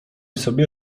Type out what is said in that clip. sobie